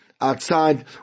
outside